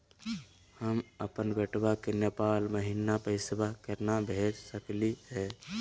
हम अपन बेटवा के नेपाल महिना पैसवा केना भेज सकली हे?